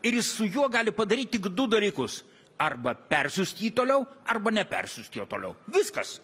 ir jis su juo gali padaryt tik du dalykus arba persiųst jį toliau arba nepersiųst jo toliau viskas